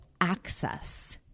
access